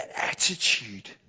attitude